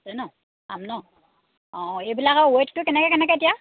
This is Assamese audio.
আছে ন পাম ন অঁ এইবিলাকৰ ৱেটটো কেনেকৈ কেনেকৈ এতিয়া